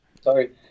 Sorry